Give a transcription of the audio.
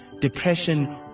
depression